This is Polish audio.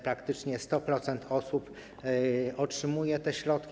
Praktycznie 100% osób otrzymuje te środki.